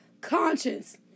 conscience